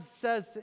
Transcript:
says